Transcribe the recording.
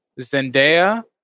Zendaya